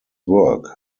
work